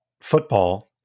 football